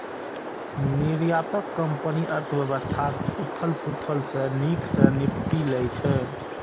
निर्यातक कंपनी अर्थव्यवस्थाक उथल पुथल सं नीक सं निपटि लै छै